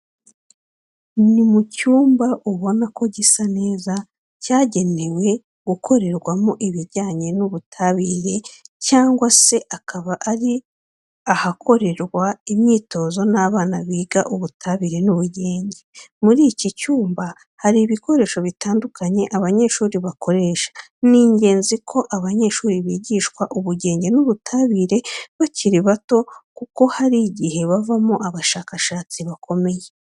Ni mu cyumba ubona ko gisa neza cyagenewe gukorerwamo ibijyanye n'ubutabire cyangwa se akaba ari ahakorerwa imyitozo n'abana biga Ubutabire n'Ubugenge. Muri iki cyumba hari ibikoresho bitandukanye aba banyeshuri bakoresha. Ni ingenzi ko abanyeshuri bigishwa Ubugenge n'Ubutabire bakiri bato kuko hari igihe bavamo abashakashatsi bakomeye.